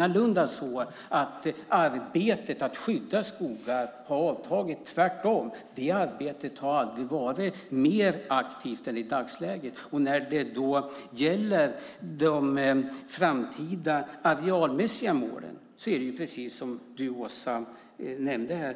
Arbetet med att skydda skogar har inte avtagit, tvärtom. Det arbetet har aldrig varit mer aktivt än i dag. De framtida arealmässiga målen är, precis som Åsa nämnde,